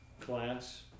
class